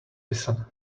listen